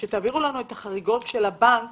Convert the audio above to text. - את החריגות של הבנק